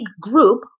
group